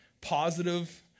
positive